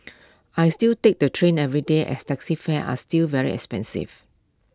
I still take the train every day as taxi fares are still very expensive